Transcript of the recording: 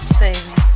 baby